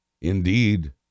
Indeed